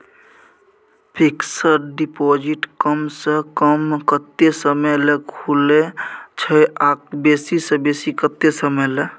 Fixed deposit कम स कम कत्ते समय ल खुले छै आ बेसी स बेसी केत्ते समय ल?